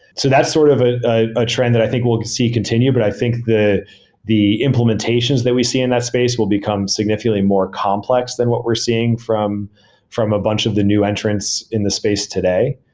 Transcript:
so that's sort of ah a trend that i think we'll see continue, but i think the the implementations that we see in that space will become significantly more complex than what we're seeing from from a bunch of the new entrants in the space today.